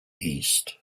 east